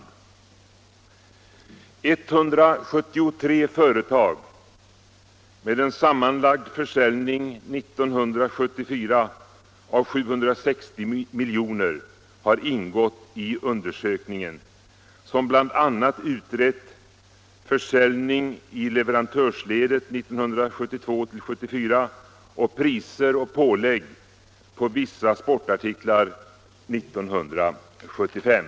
173 företag med en sammanlagd försäljning år 1974 av 760 milj.kr. Nr 26 har ingått i undersökningen, som bl.a. utrett försäljning i leverantörsledet Torsdagen den 1972-1974 samt priser och pålägg på vissa sportartiklar 1975.